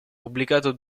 pubblicato